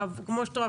כמו שאת רואה,